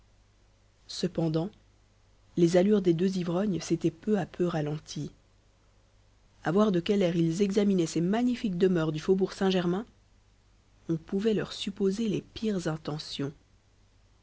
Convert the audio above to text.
cependant les allures des deux ivrognes s'étaient peu à peu ralenties à voir de quel air s'examinaient ces magnifiques demeures du faubourg saint-germain on pouvait leur supposer les pires intentions